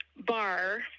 bar